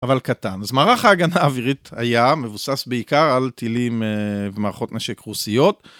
אבל קטן. אז מערכת ההגנה האווירית היה מבוסס בעיקר על טילים ומערכות נשק רוסיות.